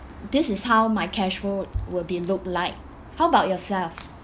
this is how my cashflow would be look like how about yourself